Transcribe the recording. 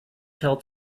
till